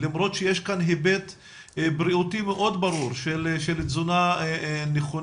למרות שיש כאן היבט בריאותי מאוד ברור של תזונה נכונה,